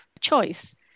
choice